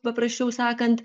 paprasčiau sakant